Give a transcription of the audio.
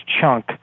chunk